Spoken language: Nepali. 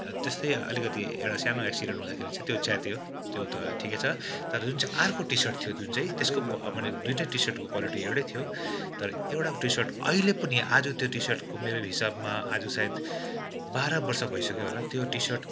त्यस्तै अलिकति एउटा सानो एक्सिडेन्ट हुँदाखेरि त्यो च्यातियो त्यो त ठिकै छ तर जुन चाहिँ अर्को टिसर्ट थियो जुन चाहिँ त्यसको क्वा माने दुईवटै टिसर्टको क्वालिटी एउटै थियो तर एउटा टिसर्ट अहिले पनि आज त्यो टिसर्टको मेरो हिसाबमा आज सायद बाह्र वर्ष भइसक्यो होला त्यो टिसर्ट